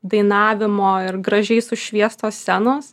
dainavimo ir gražiai sušviestos scenos